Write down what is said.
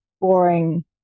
boring